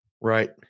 Right